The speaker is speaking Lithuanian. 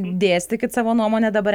dėstykit savo nuomonę dabar